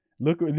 Look